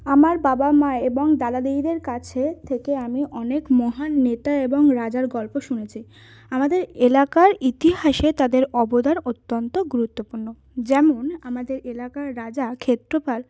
আমার বাবা মা এবং দাদা দিদিদের কাছে থেকে আমি অনেক মহান নেতা এবং রাজার গল্প শুনেছি আমাদের এলাকার ইতিহাসে তাদের অবদান অত্যন্ত গুরুত্বপূর্ণ যেমন আমাদের এলাকার রাজা ক্ষেত্রপাল